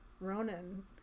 Ronan